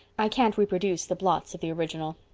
i can't reproduce the blots of the original.